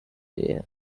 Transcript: area